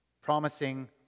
promising